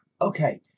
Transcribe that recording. okay